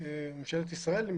ממשלת ישראל,